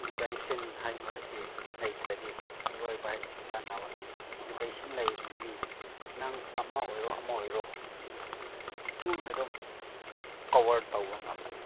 education ꯍꯥꯏꯕ ꯑꯁꯤ ꯂꯩꯇ꯭ꯔꯗꯤ ꯃꯤꯑꯣꯏꯕ ꯍꯥꯏꯕꯁꯦ ꯀꯥꯅꯕ ꯂꯩꯇꯦ ꯏꯗꯨꯀꯦꯁꯟ ꯂꯩꯔꯗꯤ ꯅꯪ ꯑꯃ ꯑꯣꯏꯔꯣ ꯑꯃ ꯑꯣꯏꯔꯣ ꯊꯨꯅ ꯑꯗꯨꯝ ꯄꯋꯥꯔ ꯇꯧꯕ ꯉꯝꯃꯅꯤ